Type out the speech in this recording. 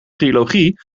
trilogie